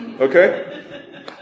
okay